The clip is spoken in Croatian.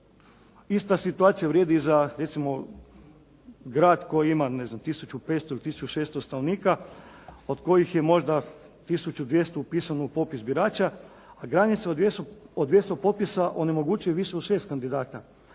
Ista situacija vrijedi i za recimo grad koji ima ne znam 1500 ili 1600 stanovnika od kojih je možda 1200 upisano u popis birača, a granica od 200 potpisa onemogućuje više od 6 kandidata